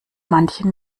manchen